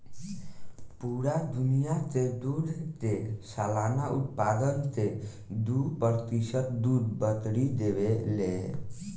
पूरा दुनिया के दूध के सालाना उत्पादन के दू प्रतिशत दूध बकरी देवे ले